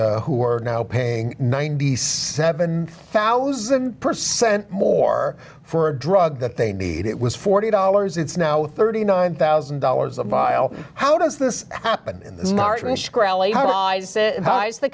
who are now paying ninety seven thousand percent more for a drug that they need it was forty dollars it's now thirty nine thousand dollars a vial how does this happen in the he